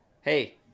hey